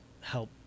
help